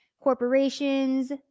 corporations